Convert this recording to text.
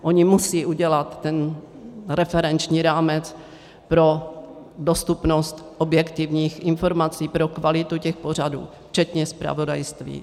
Oni musejí udělat ten referenční rámec pro dostupnost objektivních informací, pro kvalitu těch pořadů, včetně zpravodajství.